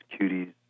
cuties